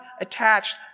attached